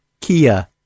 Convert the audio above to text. Kia